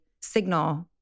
signal